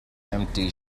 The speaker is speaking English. empty